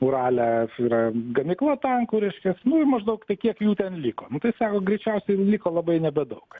urale yra gamykla tankų reiškias nu ir tai maždaug tai kiek jų ten liko nu tai sako greičiausiai liko labai nebedaug